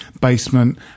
basement